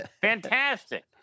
Fantastic